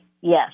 yes